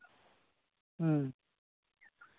ᱦᱮᱸ